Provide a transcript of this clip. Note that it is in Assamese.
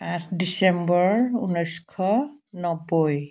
এক ডিচেম্বৰ ঊনৈছশ নব্বৈ